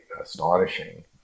astonishing